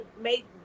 make